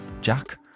Jack